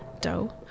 dough